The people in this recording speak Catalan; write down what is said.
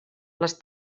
les